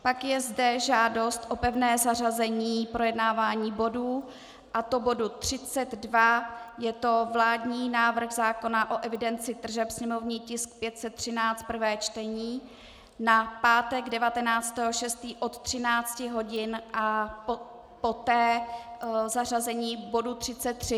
Pak je zde žádost o pevné zařazení projednávání bodů, a to bodu 32, je to vládní návrh zákona o evidenci tržeb, sněmovní tisk 513, prvé čtení, na pátek 19. 6. od 13 hodin a poté zařazení bodu 33.